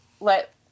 let